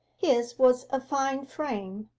his was a fine frame,